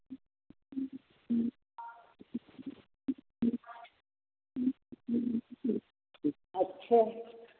अच्छा